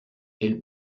elle